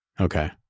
Okay